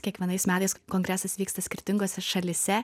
kiekvienais metais kongresas vyksta skirtingose šalyse